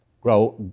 grow